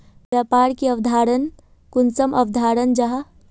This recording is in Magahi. व्यापार की अवधारण कुंसम अवधारण जाहा?